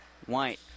White